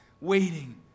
waiting